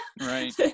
right